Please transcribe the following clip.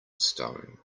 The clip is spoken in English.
stone